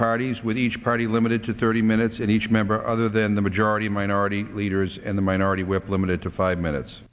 parties with each party limited to thirty minutes in each member other than the majority minority leaders and the minority whip limited to five minutes